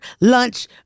lunch